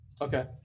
Okay